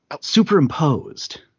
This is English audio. Superimposed